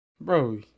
bro